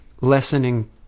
lessening